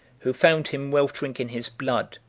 who found him weltering in his blood,